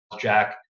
Jack